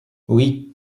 oui